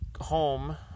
home